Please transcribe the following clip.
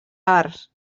arts